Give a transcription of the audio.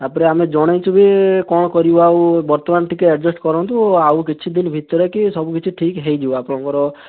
ତାପରେ ଆମେ ଜଣେଇଚୁ ବି କଣ କରିବା ଆଉ ବର୍ତ୍ତମାନ ଟିକିଏ ଏଡ଼ଜଷ୍ଟ କରନ୍ତୁ ଆଉ କିଛିଦିନ ଭିତରେ କି ସବୁ କିଛି ଠିକ୍ ହେଇଯିବ ଆପଣଙ୍କର